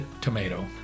tomato